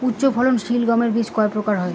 উচ্চ ফলন সিল গম বীজ কয় প্রকার হয়?